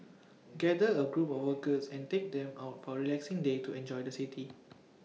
gather A group of workers and take them out for relaxing day to enjoy the city